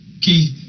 Keith